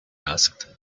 asked